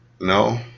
No